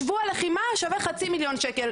שבוע לחימה שווה חצי מיליון שקלים.